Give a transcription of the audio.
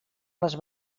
les